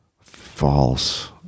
False